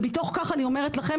מתוך כך אני אומרת לכם,